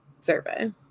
survey